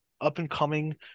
up-and-coming